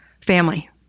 Family